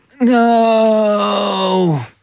No